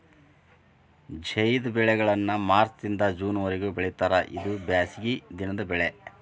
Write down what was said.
ಝೈದ್ ಬೆಳೆಗಳನ್ನಾ ಮಾರ್ಚ್ ದಿಂದ ಜೂನ್ ವರಿಗೂ ಬೆಳಿತಾರ ಇದು ಬ್ಯಾಸಗಿ ದಿನದ ಬೆಳೆ